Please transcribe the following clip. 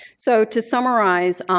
so to summarize,